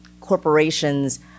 corporations